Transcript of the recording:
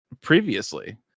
previously